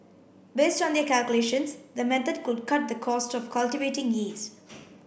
based on their calculations the method could cut the cost of cultivating yeast